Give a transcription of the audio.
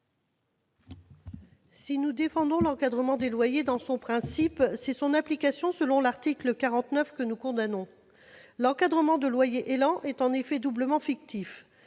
Si nous défendons l'encadrement des loyers dans son principe, c'est son application selon l'article 49 que nous condamnons. L'encadrement des loyers prévu par le projet de loi